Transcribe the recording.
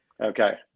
Okay